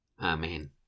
Amen